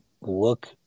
look